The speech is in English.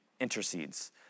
intercedes